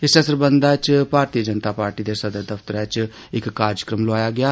इस्सै सरबंधै च भारतीय जनता पार्टी दे सदर दफ्तरै च इक कार्यक्रम लोआया गेआ